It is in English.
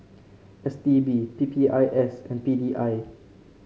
S T B P P I S and P D I